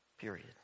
Period